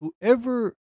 whoever